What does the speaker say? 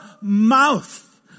mouth